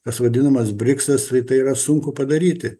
tas vadinamas briksas tai tai yra sunku padaryti